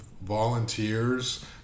volunteers